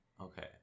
Okay